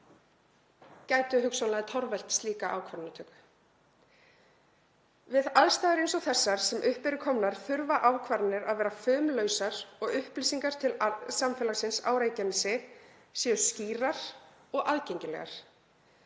geti hugsanlega torvelt slíka ákvarðanatöku. Við aðstæður eins og þær sem upp eru komnar þurfa ákvarðanir að vera fumlausar og upplýsingar til samfélagsins á Reykjanesi skýrar og aðgengilegar.